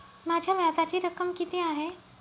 माझ्या व्याजाची रक्कम किती आहे?